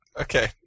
Okay